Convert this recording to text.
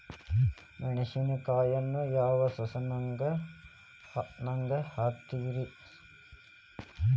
ಮೆಣಸಿನಕಾಯಿನ ಯಾವ ಸೇಸನ್ ನಾಗ್ ಹಾಕ್ತಾರ?